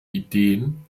ideen